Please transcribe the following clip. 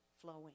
flowing